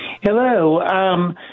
Hello